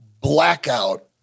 blackout